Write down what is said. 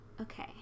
okay